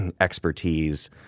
expertise